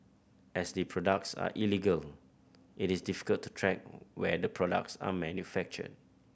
as the products are illegal it is difficult to track where the products are manufactured